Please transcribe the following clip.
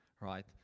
right